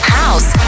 house